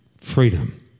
Freedom